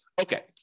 Okay